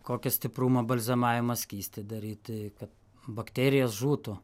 kokio stiprumo balzamavimo skystį daryti ka bakterijos žūtų